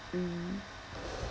mm